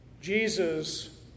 Jesus